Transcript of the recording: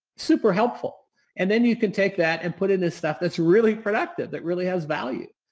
super helpful and then you can take that and put in this stuff that's really productive, that really has value.